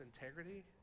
integrity